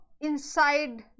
inside